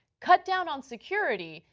cut down on security,